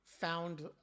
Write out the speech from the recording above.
found